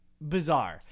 bizarre